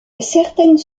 certaines